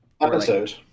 episode